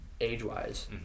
age-wise